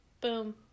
Boom